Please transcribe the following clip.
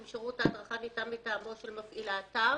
אם שירות ההדרכה ניתן מטעמו של מפעיל האתר"